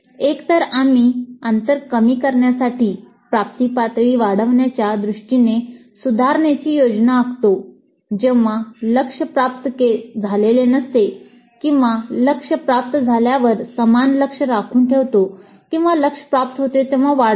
एकतर आम्ही अंतर कमी करण्यासाठी प्राप्ती पातळी वाढवण्याच्या दृष्टीने सुधारणेची योजना आखतो जेव्हा लक्ष्य प्राप्त झालेले नसते किंवा लक्ष्य प्राप्त झाल्यावर समान लक्ष्य राखून ठेवतो किंवा लक्ष्य प्राप्त होते तेव्हा वाढवतो